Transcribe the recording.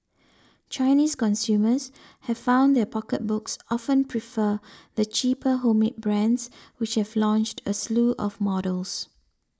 Chinese consumers have found their pocketbooks often prefer the cheaper homemade brands which have launched a slew of models